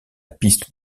piste